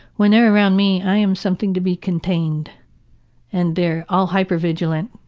when they are around me, i'm something to be contained and they're all hyper vigilant